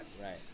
Right